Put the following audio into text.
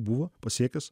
buvo pasiekęs